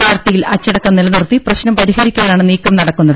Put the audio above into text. പാർട്ടിയിൽ അച്ചടക്കം നിലനിർത്തി പ്രശ്നം പരിഹരിക്കാനാണ് നീക്കം നടക്കുന്നത്